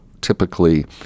typically